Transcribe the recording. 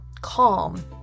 calm